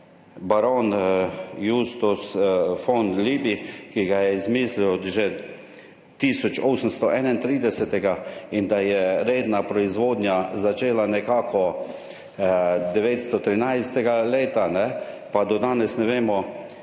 baron Justus von Liebig, ki ga je izmislil že 1831 in da je redna proizvodnja začela nekako 1913(?) leta, pa do danes ne vemo,